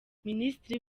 minisitiri